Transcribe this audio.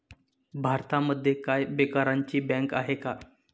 भारतामध्ये काय बेकारांची बँक आहे का?